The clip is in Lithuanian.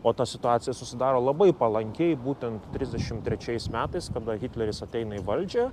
o ta situacija susidaro labai palankiai būtent trisdešimt trečiais metais kada hitleris ateina į valdžią